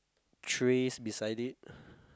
trays beside it